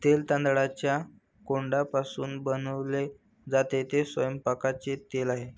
तेल तांदळाच्या कोंडापासून बनवले जाते, ते स्वयंपाकाचे तेल आहे